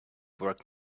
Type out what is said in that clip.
work